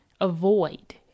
avoid